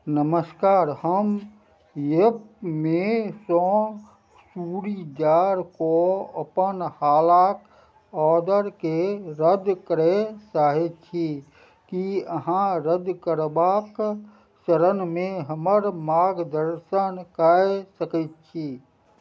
नमस्कार हम यफमे सँ चूरीदारके अपन हालाक ऑर्डरके रद्द करय चाहैत छी की अहाँ रद्द करबाक चरणमे हमर मार्गदर्शन कए सकैत छी